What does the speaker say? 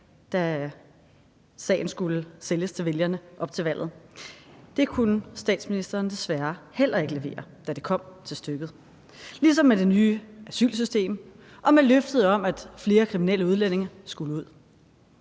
da sagen skulle sælges til vælgerne op til valget. Det kunne statsministeren desværre heller ikke levere, da det kom til stykket, ligesom det var tilfældet med det nye asylsystem og løftet om, at flere kriminelle udlændinge skulle ud.